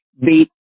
beat